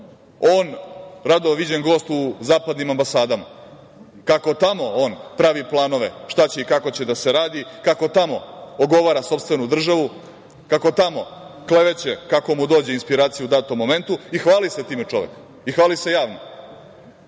on rado viđen gost u zapadnim ambasadama i kako tamo on pravi planove šta će i kako će da se radi, kako tamo ogovara sopstvenu državu, kako tamo kleveće kako mu dođe inspiracija u datom momentu i hvali se time čovek. Hvali se javno. Kada